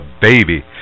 baby